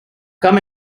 come